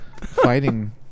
fighting